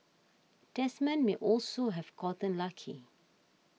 Desmond may also have gotten lucky